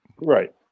Right